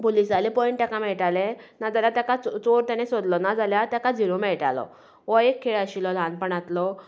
पुलीसाले point तेका मेळटाले नाजाल्यार तेका चोर तेणें सोदलो ना जाल्यार तेका झिरो मेळटालो हो एक खेळ आशिल्लो ल्हानपणांतलो